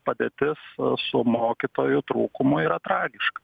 padėtis su mokytojų trūkumu yra tragiška